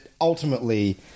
ultimately